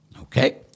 Okay